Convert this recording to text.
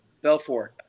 Belfort